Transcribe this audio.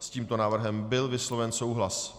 S tímto návrhem byl vysloven souhlas.